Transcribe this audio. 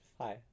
Hi